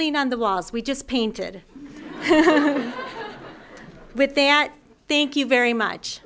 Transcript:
lean on the walls we just painted with their thank you very much